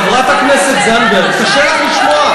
חברת הכנסת זנדברג, קשה לך לשמוע,